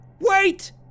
wait